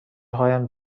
هایم